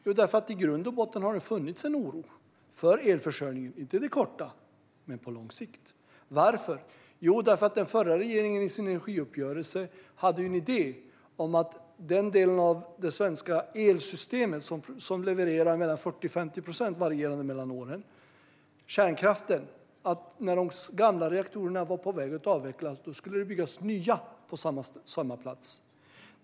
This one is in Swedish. Jo, därför att det i grund och botten har funnits en oro för elförsörjningen, inte på kort men på lång sikt. Varför? Jo, därför att den förra regeringen i sin energiuppgörelse hade en idé om framtiden för den del av det svenska elsystemet som levererar mellan 40 och 50 procent av elen, alltså kärnkraften. När de gamla reaktorerna skulle avvecklas tänkte man att det skulle byggas nya på samma plats.